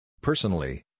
Personally